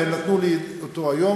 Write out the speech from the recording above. ונתנו לי אותו היום,